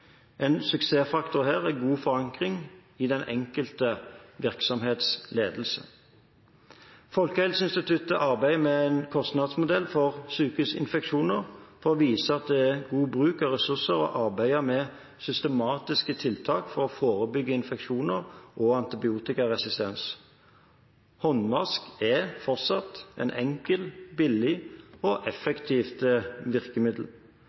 En suksessfaktor her er god forankring i den enkelte virksomhetsledelse. Folkehelseinstituttet arbeider med en kostnadsmodell for sykehusinfeksjoner for å vise at det er god bruk av ressurser å arbeide med systematiske tiltak for å forebygge infeksjoner og antibiotikaresistens. Håndvask er – fortsatt – et enkelt, billig og effektivt virkemiddel.